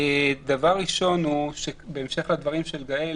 דבר ראשון, בהמשך לדברים של גאל,